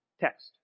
text